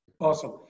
Awesome